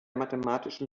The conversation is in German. mathematischen